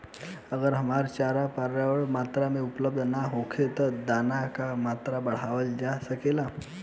अगर हरा चारा पर्याप्त मात्रा में उपलब्ध ना होखे त का दाना क मात्रा बढ़ावल जा सकेला?